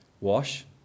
wash